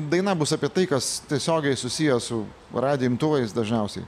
daina bus apie tai kas tiesiogiai susiję su radijo imtuvais dažniausiai